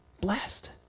Blessed